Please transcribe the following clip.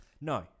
No